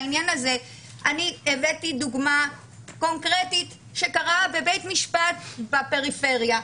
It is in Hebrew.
בעניין הזה אני הבאתי דוגמה קונקרטית שקרתה בבית משפט בפריפריה,